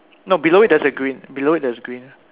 no below it there's a green below it there's a green